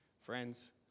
Friends